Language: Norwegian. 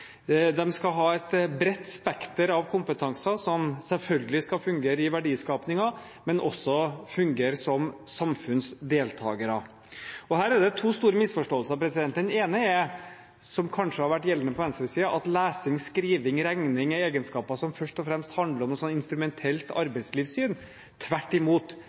skal ha et bredt spekter av kompetanser, som selvfølgelig skal fungere i verdiskapingen, men de skal også fungere som samfunnsdeltakere. Og her er det to store misforståelser. Den ene er – noe som kanskje har vært gjeldende på venstresiden – at lesing, skriving og regning er egenskaper som først og fremst handler om et instrumentelt arbeidslivssyn. Men det er tvert imot: